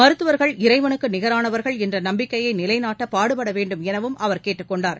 மருத்துவர்கள் இறைவனுக்கு நிகரானவர்கள் என்ற நம்பிக்கையை நிலை நாட்ட பாடுபட வேண்டும் எனவும் அவர் கேட்டுக்கொண்டார்